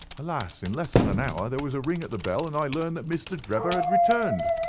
alas, in less than an hour there was a ring at the bell, and i learned that mr. drebber had returned.